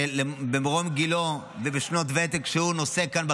ממרום גילו ושנות הוותק שהוא נושא כאן בכנסת,